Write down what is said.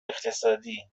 اقتصادی